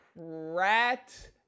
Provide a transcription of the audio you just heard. rat